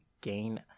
gain